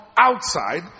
outside